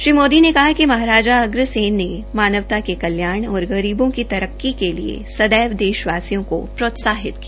श्री मोदी ने कहा कि महाराजा अग्रसेन ने मानवता के कल्याण और गरीबों की तरक्की के लिए सदैव देशवासियों को प्रोत्साहित किया